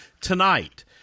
tonight